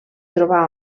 trobar